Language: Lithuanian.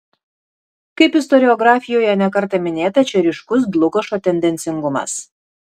kaip istoriografijoje ne kartą minėta čia ryškus dlugošo tendencingumas